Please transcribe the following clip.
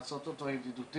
לעשות אותו ידידותי,